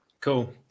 Cool